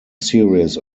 series